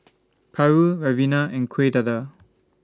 Paru Ribena and Kueh Dadar